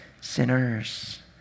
sinners